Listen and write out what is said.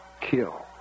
kill